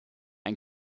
ein